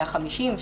150,